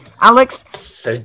Alex